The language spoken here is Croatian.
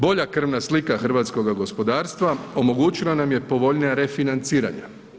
Bolja krvna slika hrvatskoga gospodarstva omogućila nam je povoljnija refinanciranja.